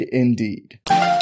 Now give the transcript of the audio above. indeed